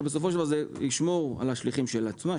בסופו של דבר זה ישמור על השליחים שלהן.